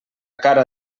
cara